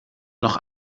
noch